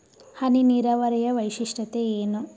ಹನಿ ನೀರಾವರಿಯ ವೈಶಿಷ್ಟ್ಯತೆ ಏನು?